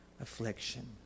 affliction